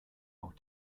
auch